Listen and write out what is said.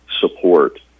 Support